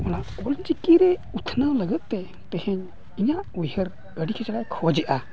ᱚᱱᱟ ᱚᱞᱪᱤᱠᱤ ᱨᱮ ᱩᱛᱱᱟᱹᱣ ᱞᱟᱹᱜᱤᱫ ᱛᱮ ᱛᱮᱦᱮᱧ ᱤᱧᱟᱹᱜ ᱩᱭᱦᱟᱹᱨ ᱟᱹᱰᱤ ᱠᱟᱡᱟᱠᱮ ᱠᱷᱚᱡᱮᱫᱼᱟ